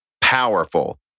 powerful